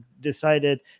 decided